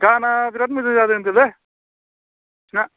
गाना बिराद मोजां जादों होन्दोलै बिसिना